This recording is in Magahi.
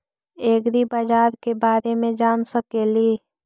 ऐग्रिबाजार के बारे मे जान सकेली?